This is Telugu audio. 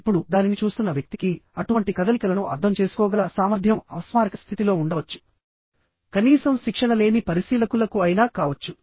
ఇప్పుడుదానిని చూస్తున్న వ్యక్తికి అటువంటి కదలికలను అర్థం చేసుకోగల సామర్థ్యం అపస్మారక స్థితిలో ఉండవచ్చు కనీసం శిక్షణ లేని పరిశీలకులకు అయినా కావచ్చు